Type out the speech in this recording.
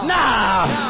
Now